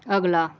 ਅਗਲਾ